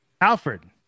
Alfred